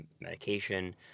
medication